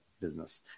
business